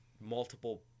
multiple